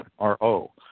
RO